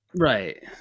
right